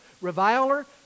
Reviler